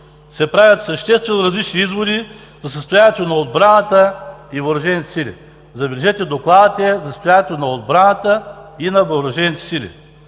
се правят съществено различни изводи за състоянието на отбраната и Въоръжените сили. Забележете, докладът е за състоянието на Отбраната и на Въоръжените сили!